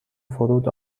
فرود